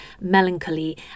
melancholy